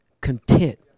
content